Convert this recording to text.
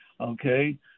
Okay